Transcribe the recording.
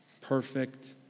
perfect